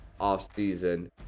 offseason